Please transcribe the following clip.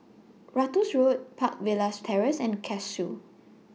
Ratus Road Park Villas Terrace and Cashew